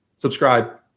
subscribe